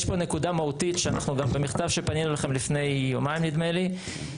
יש פה נקודה מהותית שאנחנו גם במכתב שפנינו אליכם לפני יומיים נדמה לי,